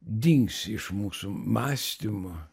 dings iš mūsų mąstymo